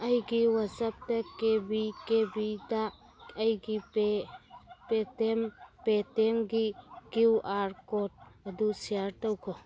ꯑꯩꯒꯤ ꯋꯥꯆꯞꯇ ꯀꯦꯕꯤ ꯀꯦꯕꯤꯗ ꯑꯩꯒꯤ ꯄꯦ ꯄꯦ ꯇꯤ ꯑꯦꯝ ꯄꯦ ꯇꯤ ꯑꯦꯝꯒꯤ ꯀ꯭ꯌꯨ ꯑꯥꯔ ꯀꯣꯠ ꯑꯗꯨ ꯁꯤꯌꯥꯔ ꯇꯧꯈꯣ